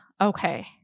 okay